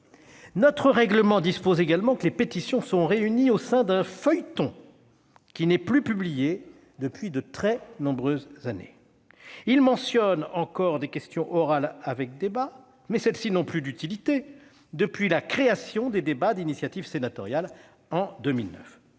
Notre règlement dispose également que les pétitions sont réunies au sein d'un « feuilleton », qui n'est plus publié depuis de très nombreuses années. Il mentionne encore des questions orales avec débat, mais celles-ci n'ont plus d'utilité depuis la création des débats d'initiative sénatoriale en 2009.